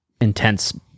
intense